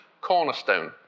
cornerstone